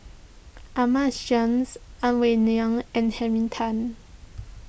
Ahmad Jais Ang Wei Neng and Henry Tan